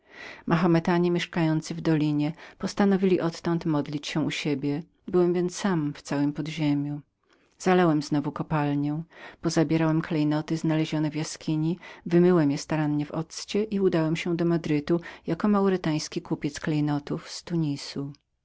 mahometanie mieszkający w dolinie postanowili odtąd modlić się u siebie byłem więc sam w całem podziemiu zalałem znowu kopalnię pozabierałem klejnoty znalezione w jaskini wymyłem je starannie w occie i udałem się do madrytu jako maurytański kupiec klejnotów z tunisu